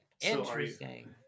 interesting